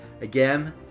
Again